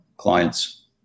clients